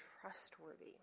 trustworthy